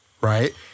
right